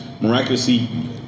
miraculously